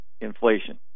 inflation